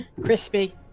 Crispy